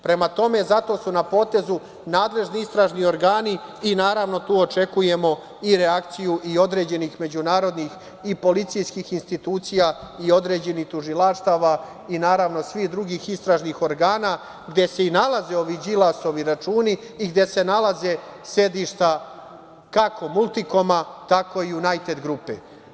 Prema tome, zato su na potezu nadležni istražni organi i naravno tu očekujemo reakciju i određenih međunarodnih policijskih institucija i određenih tužilaštava i naravno svih drugih istražnih organa gde se i nalaze ovi Đilasovi računi i gde se nalaze sedišta kako „Multikoma“, tako i „Junajted grupe“